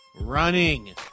running